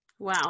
Wow